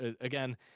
again